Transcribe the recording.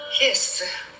Yes